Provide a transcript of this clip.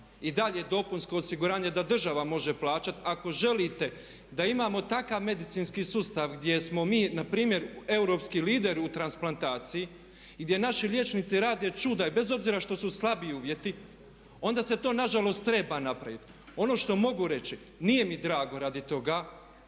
i dalje dopunsko osiguranje da država može plaćati, ako želite da imamo takav medicinski sustav gdje smo mi npr. europski lider u transplantaciji i gdje naši liječnici rade čuda i bez obzira što su slabiji uvjeti onda se to nažalost treba napraviti. Ono što mogu reći, nije mi drago radi toga,